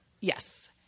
Yes